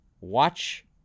watch